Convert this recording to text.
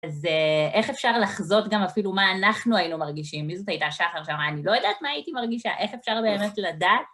אז איך אפשר לחזות גם אפילו מה אנחנו היינו מרגישים? מי זאת הייתה? שחר, שאמרה, אני לא יודעת מה הייתי מרגישה, איך אפשר באמת לדעת?